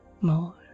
more